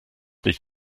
dich